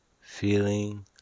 feeling